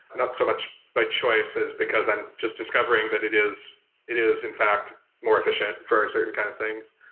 not so much by choices, because i'm just discovering that it is it is in fact more efficient for certain kind of things.